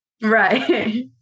Right